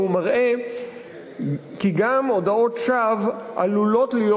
והוא מראה כי גם הודאות שווא עלולות להיות